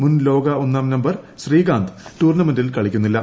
മുൻ ലോക ഒന്നാം നമ്പർ ശ്രീകാന്ത് ടൂർണമെന്റിൽ കളിക്കുന്നില്ല